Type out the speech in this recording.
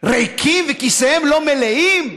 ריקים וכיסיהם לא מלאים?